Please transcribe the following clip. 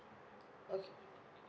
okay